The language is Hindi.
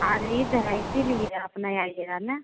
आज लीभ है इसीलिए आप नहीं आइएगा ना